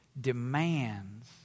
Demands